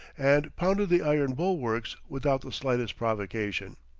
and pounded the iron bulwarks, without the slightest provocation.